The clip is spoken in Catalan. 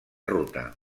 ruta